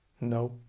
No